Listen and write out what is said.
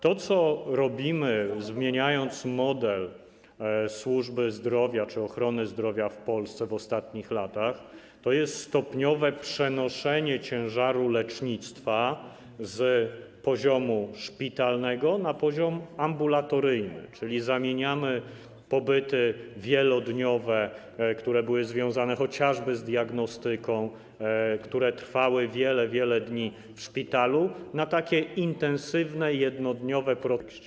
To, co robimy, zmieniając model służby zdrowia czy ochrony zdrowia w Polsce w ostatnich latach, to jest stopniowe przenoszenie ciężaru lecznictwa z poziomu szpitalnego na poziom ambulatoryjny, czyli zamieniamy pobyty wielodniowe, które były związane chociażby z diagnostyką, które trwały wiele, wiele dni, w szpitalu, na takie intensywne jednodniowe procedury diagnostyczne.